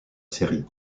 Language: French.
série